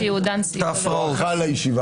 ייעודן סיוע להורים עצמאיים.